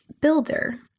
builder